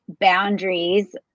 boundaries